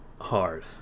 hard